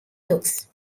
looks